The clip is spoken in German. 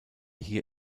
hier